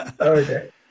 okay